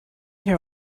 here